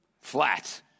flat